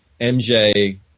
MJ